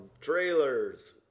trailers